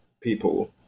people